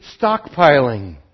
stockpiling